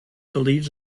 believes